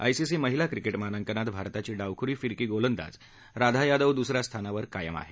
ICC महिला cricket मानांकनात भारताची डावखुरी फिरकी गोलंदाज राधा यादव दुसऱ्या स्थानावर कायम आहे